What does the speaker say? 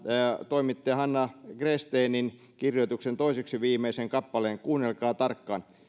toimittaja hanna gråstenin kirjoituksen toiseksi viimeisen kappaleen kuunnelkaa tarkkaan